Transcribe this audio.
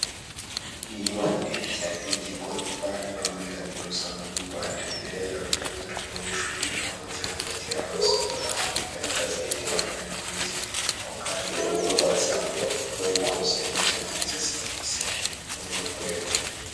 Ni inyubako ndende cyane y'igorofa yo muri kaminuza nkuru y'u Rwanda, imbere yayo hari urujya n'uruza rw'abanyeshuri aho bajya bafatira amaso yabo, ibi bigaragaza iterambere mu burezi, aho kandi urwego rwazamu urweho rwo kunoza imitangire myiza ya serivisi n'uru rwego.